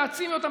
תעצימי אותם,